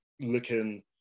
looking